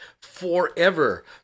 forever